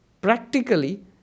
practically